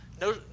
no